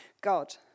God